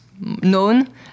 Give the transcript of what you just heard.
known